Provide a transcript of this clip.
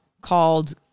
called